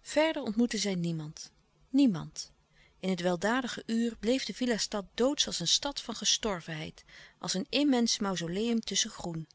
verder ontmoette zij niemand niemand in het weldadige uur bleef de villa stad doodsch als een stad van gestorvenheid als een immens mauzoleum tusschen groen